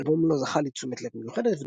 האלבום לא זכה לתשומת לב מיוחדת,